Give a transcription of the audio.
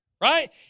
right